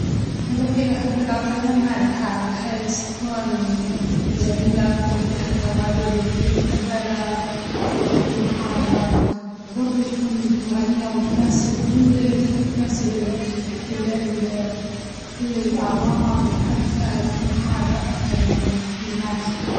والله أحب الأطعمة المالحة بحيس تكون جميلة تكون فيها توابل وتكون متبلة وتكون حارة، وبرضه تكون غنية وتناسب كل ال- تناسب ال- ال- ال- كل الأعمار، نحب فيها تكون حارة أكتر يعني وتكون مالحة.